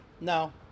No